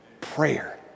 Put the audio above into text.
prayer